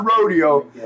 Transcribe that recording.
rodeo